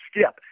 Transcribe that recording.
skip